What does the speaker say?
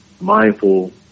mindful